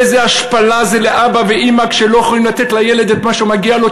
איזה השפלה זה לאבא ואימא כשהם לא יכולים לתת לילד את מה שמגיע לו,